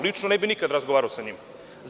Lično nikad ne bih razgovarao sa njima.